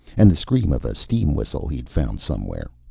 and the scream of a steam whistle he'd found somewhere.